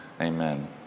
Amen